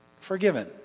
forgiven